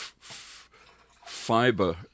fiber